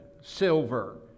silver